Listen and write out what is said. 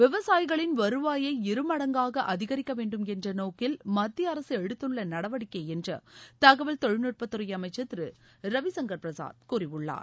விவசாயிகளின் வருவாயை இருமடங்காக அதிகரிக்க வேண்டும் என்ற நோக்கில் மத்திய அரசு எடுத்துள்ள நடவடிக்கை என்று தகவல் தொழில்நுட்பத்துறை அமைச்சர் திரு ரவி சங்கர் பிரசாத் கூறியுள்ளார்